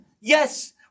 Yes